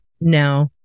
no